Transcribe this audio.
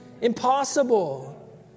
Impossible